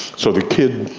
so the kid,